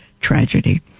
tragedy